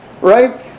Right